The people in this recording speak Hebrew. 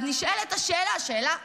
אז נשאלת השאלה, שאלה קטנה,